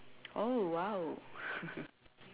oh !wow!